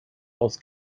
aus